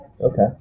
Okay